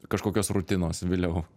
kažkokios rutinos viliau